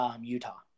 Utah